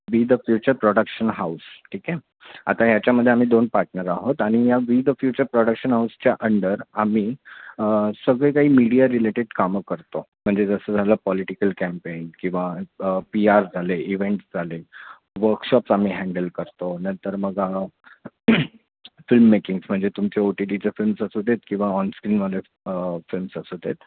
we the future production house ठीक आहे आता ह्याच्यामध्ये आम्ही दोन पार्टनर आहोत आणि या वी द फ्युचर प्रॉडक्शन हाऊसच्या अंडर आम्ही सगळे काही मीडिया रिलेटेड कामं करतो म्हणजे जसं झालं पॉलिटिकल कॅम्पेन किंवा पी आर झाले इव्हेंट्स झाले वकशॉप्स आम्ही हँडल करतो नंतर मग फिल्ममेकिंग्स म्हणजे तुमचे ओ टी टीचे फिल्म्स असू देत किंवा ऑनस्क्रीनवाले फिल्म्स असू देत